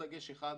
דגש אחד.